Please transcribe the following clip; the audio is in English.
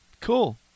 Cool